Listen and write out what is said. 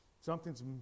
Something's